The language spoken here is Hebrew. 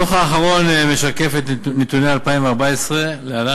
הדוח האחרון משקף את נתוני 2014. להלן